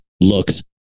looks